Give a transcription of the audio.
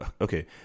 Okay